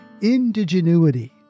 indigenuity